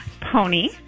Pony